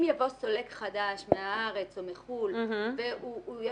אם יבוא סולק חדש מהארץ או מחוץ לארץ,